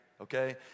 okay